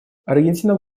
аргентина